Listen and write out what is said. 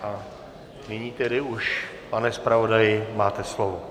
A nyní tedy už, pane zpravodaji, máte slovo.